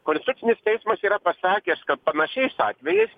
konstitucinis teismas yra pasakęs kad panašiais atvejais